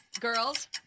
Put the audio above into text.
Girls